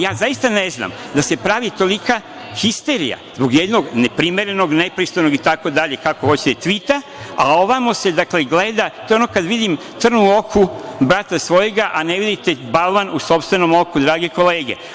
Ja zaista ne znam da se pravi tolika histerija zbog jednog neprimerenog, nepristojnog, itd, kako hoćete, tvita, a ovamo se gleda, to je ono kada vidim trn u oku brata svojega, a ne vidite balvan u sopstvenom oku, drage kolege.